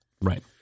Right